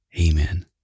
Amen